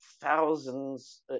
thousands